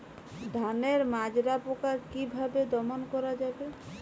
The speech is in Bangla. ধানের মাজরা পোকা কি ভাবে দমন করা যাবে?